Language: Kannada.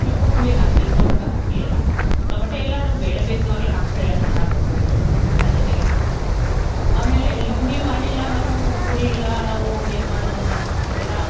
ಸ್ವಲ್ಪ ಹುಳಿ ಹಾಕಿ ಟೊಮೊಟೊ ಹಾಕಿ ಎಲ್ಲ ಟೊಮೊಟೊ ಎಲ್ಲ ನಾವು ಬೇಳೆ ಬೇಯಿಸುವಾಗಲೇ ಹಾಕ್ಬಿಟ್ಟು ಎಲ್ಲ ಚೆನ್ನಾಗಿ ಬೆಂದೋಗ್ಬಿಟ್ಟಿರುತ್ತೆ ಅದು ಜೊತೆಗೆ ಹಾಕ್ಬಿಡ್ಬೋದು ಆಮೇಲೆ ಈ ಪುಡಿ ಮಾಡಿಲ್ಲ ನಾವು ಪುಡಿಯಿಲ್ಲ ನಾವು ಹೇಗೆ ಮಾಡೋದು ಅಂತ ಅಂತೀರಾ